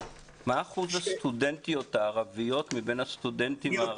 מה אחוז הסטודנטיות הערביות מבין הסטודנטים הערבים?